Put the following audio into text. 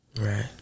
Right